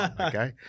okay